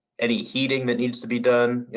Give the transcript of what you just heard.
any heating that needs to be done,